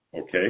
Okay